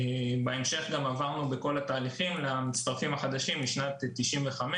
בהמשך גם עברנו את כל התהליכים למצטרפים החדשים משנת 1995,